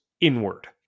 inward